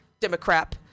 Democrat